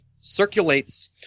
circulates